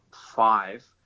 five